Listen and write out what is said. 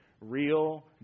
real